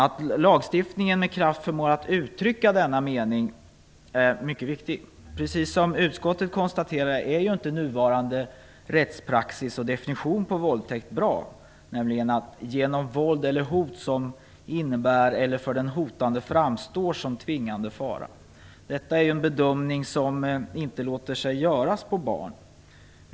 Att lagstiftningen med kraft förmår att utrycka denna mening är mycket viktigt. Precis som utskottet konstaterar är ju inte nuvarande rättspraxis och definition på våldtäkt bra, nämligen "genom våld eller hot som innebär, eller för den hotade framstår som, tvingande fara". Detta är en bedömning som inte låter sig göras när det gäller barn.